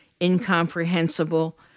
incomprehensible